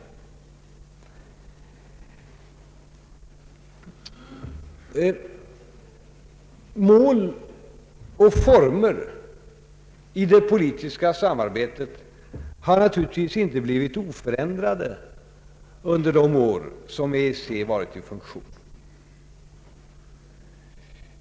Mål och former i det politiska samarbetet har naturligtvis inte förblivit oförändrade under de år som EEC varit i funktion.